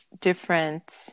different